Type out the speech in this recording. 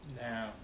Now